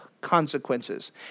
consequences